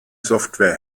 software